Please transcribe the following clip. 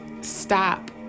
stop